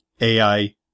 AI